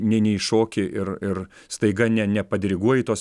neini į šokį ir ir staiga ne nepadiriguoji tos